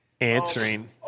answering